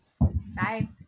Bye